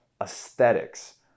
aesthetics